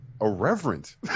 irreverent